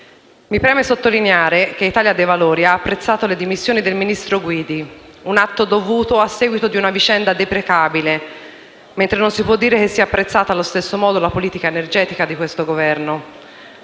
Mi preme sottolineare che Italia dei Valori ha apprezzato le dimissioni del ministro Guidi, un atto dovuto a seguito di una vicenda deprecabile, mentre non si può dire che sia apprezzata allo stesso modo la politica energetica di questo Governo.